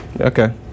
Okay